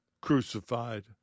crucified